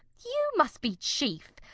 you must be chief!